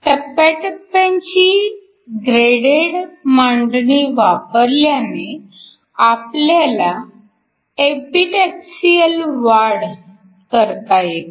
टप्प्या टप्प्यांची ग्रेडेड मांडणी वापरल्याने आपल्याला एपिटॅक्सिअल वाढ करता येते